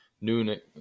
noon